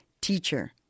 Teacher